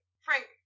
Frank